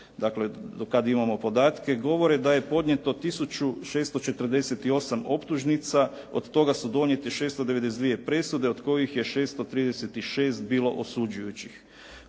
dakle do kad imamo podatke, govore da je podnijeto tisuću 648 optužnica. Od toga su donijete 692 presude od kojih je 636 bilo osuđujućih.